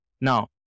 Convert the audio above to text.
Now